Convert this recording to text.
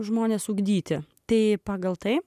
žmonės ugdyti tai pagal tai